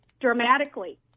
dramatically